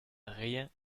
rien